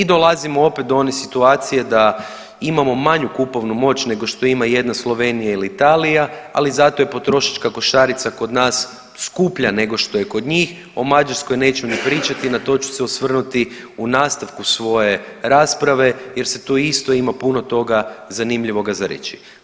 I dolazimo opet do one situacije da imamo manju kupovnu moć nego što ima jedna Slovenija ili Italija, ali zato je potrošačka košarica kod nas skuplja nego što je kod njih, o Mađarskoj neću ni pričati, na to ću se osvrnuti u nastavku svoje rasprave jer se tu isto ima puno toga zanimljivoga za reći.